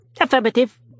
Affirmative